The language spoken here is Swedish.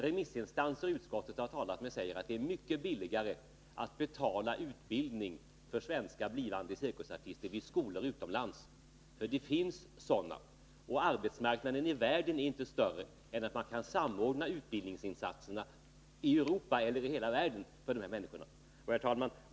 Remissinstanser som utskottet har talat med säger att det är mycket billigare att betala utbildning för svenska blivande cirkusartister vid skolor utomlands. Det finns sådana, och arbetsmarknaden i världen är inte större än att man kan samordna utbildningsinsatserna i Europa eller i hela världen för de här människorna. Herr talman!